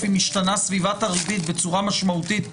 אם משתנה סביבת הריבית בצורה משמעותית במשק,